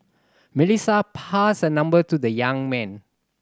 Melissa passed her number to the young man